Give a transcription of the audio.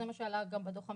זה מה שעלה בדוח הממ"מ,